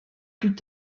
plus